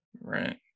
right